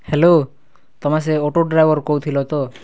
hello ତମେ ସେ auto driver କହୁଥିଲ ତ